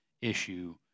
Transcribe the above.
issue